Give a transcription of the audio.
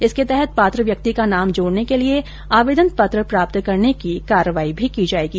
इसके तहत पात्र व्यक्ति का नाम जोड़ने के लिए आवेदन पत्र प्राप्त करने की कार्यवाही भी की जाएगी